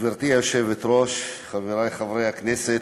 גברתי היושבת-ראש, רבותי חברי הכנסת,